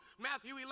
Matthew